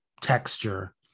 texture